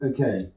Okay